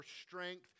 strength